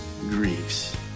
griefs